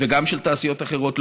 וגם של תעשיות אחרות,